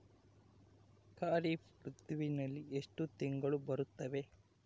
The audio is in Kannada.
ಖಾರೇಫ್ ಋತುವಿನಲ್ಲಿ ಎಷ್ಟು ತಿಂಗಳು ಬರುತ್ತವೆ?